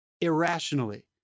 irrationally